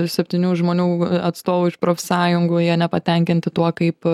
septynių žmonių atstovų iš profsąjungų jie nepatenkinti tuo kaip